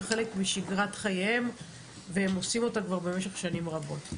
הוא חלק משגרת חייהם והם עושים אותו כבר במשך שנים רבות.